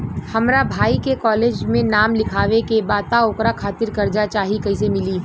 हमरा भाई के कॉलेज मे नाम लिखावे के बा त ओकरा खातिर कर्जा चाही कैसे मिली?